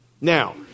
Now